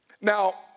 Now